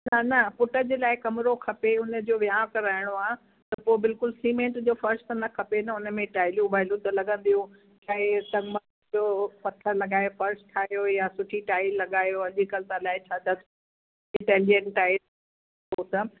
न न पुट जे लाइ कमिरो खपे हुनजो विहांउ कराइणो आहे त पोइ बिल्कुलु सीमेंट जो फ़र्श त न खपे न हुन में टाइलियूं वाइलियूं त लॻंदियूं चाहे ऐं सनमा जो पथर लॻाए फ़र्श ठाहियो या सुठी टाइल लॻायो अॼुकल्ह त अलाए छा अथसि इटैलियन टाइल उहो त